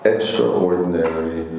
Extraordinary